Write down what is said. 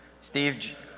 Steve